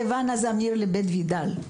לבנה זמיר לבית וידאל".